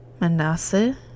manasseh